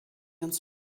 uns